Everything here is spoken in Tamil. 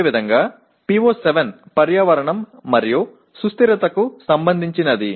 இதேபோல் PO7 சுற்றுச்சூழல் மற்றும் நிலைத்தன்மையுடன் தொடர்புடையது